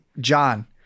John